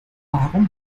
warum